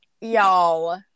Y'all